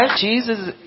Jesus